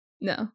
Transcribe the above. no